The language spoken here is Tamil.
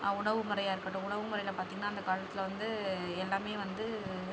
உணவு முறையாக இருக்கட்டும் உணவு முறையில பார்த்தீங்கனா அந்தக் காலத்தில் வந்து எல்லாமே வந்து